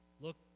look